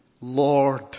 Lord